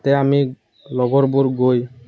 তাতে আমি লগৰবোৰ গৈ